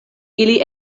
ili